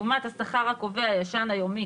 לעומת השכר הקובע הישן היומי,